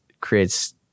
creates